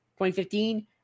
2015